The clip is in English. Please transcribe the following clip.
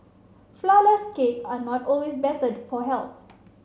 flourless cake are not always better for health